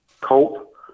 cope